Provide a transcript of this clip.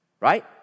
right